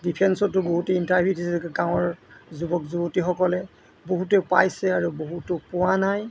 ডিফেন্সতো বহুতে ইণ্টাৰভিউ দিছে গাঁৱৰ যুৱক যুৱতীসকলে বহুতেও পাইছে আৰু বহুতো পোৱা নাই